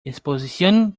exposición